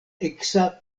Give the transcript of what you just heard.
eksa